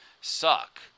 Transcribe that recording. suck